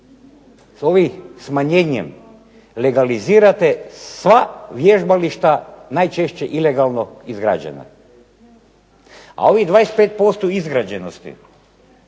Sa ovim smanjenjem legalizirate sva vježbališta najčešće ilegalno izgrađena, a ovih 25% izgrađenosti